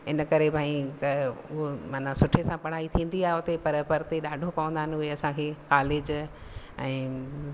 इन करे भाई त उहा माना सुठे सां पढ़ाई थींदी आहे उते पर परिते ॾाढो पवंंदा आहिनि पर परिते ॾाढो पवंदा आहिनि उहे असांखे कॉलेज ऐं